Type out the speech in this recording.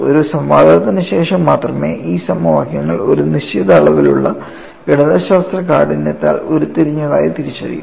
ഒരു സംവാദത്തിനുശേഷം മാത്രമേ ഈ സമവാക്യങ്ങൾ ഒരു നിശ്ചിത അളവിലുള്ള ഗണിതശാസ്ത്ര കാഠിന്യത്താൽ ഉരുത്തിരിഞ്ഞതായി തിരിച്ചറിയൂ